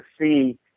see